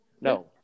No